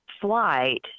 flight